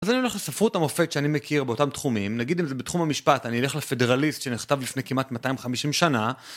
אז אני הולך לספרות המופת שאני מכיר באותם תחומים, נגיד אם זה בתחום המשפט, אני אלך לפדרליסט שנכתב לפני כמעט 250 שנה.